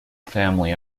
family